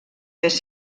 més